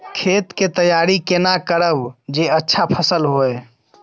खेत के तैयारी केना करब जे अच्छा फसल होय?